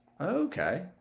Okay